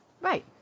Right